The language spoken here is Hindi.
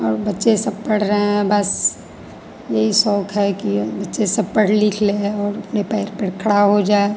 और बच्चे सब पढ़ रहे हैं बस यही शौक़ है कि बच्चे सब पढ़ लिख लें और अपने पैर पर खड़े हो जाए